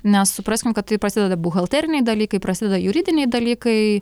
nes supraskim kad tai prasideda buhalteriniai dalykai prasideda juridiniai dalykai